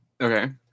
Okay